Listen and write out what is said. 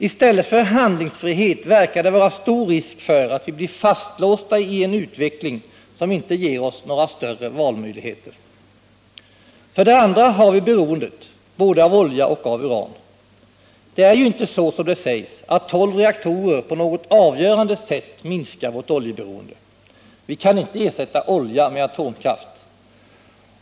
I stället för handlingsfrihet verkar det vara stor risk för att vi blir fastlåsta i en utveckling som inte ger oss några större valmöjligheter. Sedan har vi beroendet — både av olja och av uran. Det är ju inte så som det sägs, att tolv reaktorer på något avgörande sätt minskar vårt oljeberoende. Vi kan inte ersätta olja med atomkraft.